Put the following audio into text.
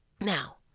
Now